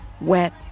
wet